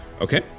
Okay